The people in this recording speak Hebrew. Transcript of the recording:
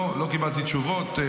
לא, לא קיבלתי תשובות.